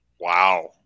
Wow